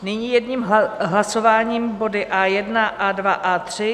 Nyní jedním hlasováním body A1, A2, A3.